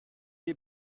est